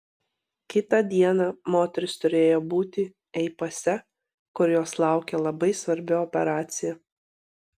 kitą dieną moteris turėjo būti ei pase kur jos laukė labai svarbi operacija